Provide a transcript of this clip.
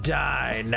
die